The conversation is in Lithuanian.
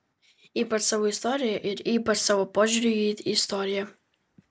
ypač savo istorija ir ypač savo požiūriu į istoriją